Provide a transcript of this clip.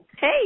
Hey